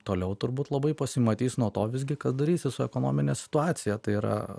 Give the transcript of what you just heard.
toliau turbūt labai pasimatys nuo to visgi ką darysis su ekonomine situacija tai yra